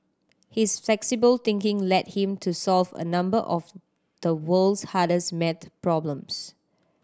his flexible thinking led him to solve a number of the world's hardest maths problems